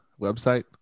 website